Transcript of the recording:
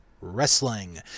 Wrestling